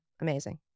amazing